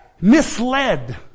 misled